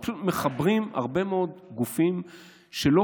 אנחנו פשוט מחברים היום הרבה מאוד גופים שלא